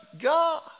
God